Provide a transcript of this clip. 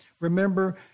Remember